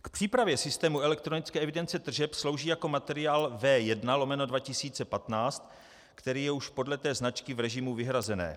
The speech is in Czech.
K přípravě systému elektronické evidence tržeb slouží jako materiál V1/2015, který je už podle té značky v režimu vyhrazené.